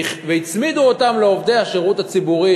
והצמידו אותם לעובדי השירות הציבורי,